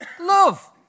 love